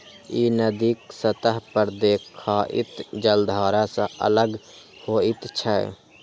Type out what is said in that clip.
ई नदीक सतह पर देखाइत जलधारा सं अलग होइत छै